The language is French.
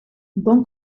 bon